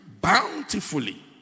bountifully